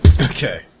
Okay